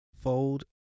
fold